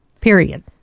period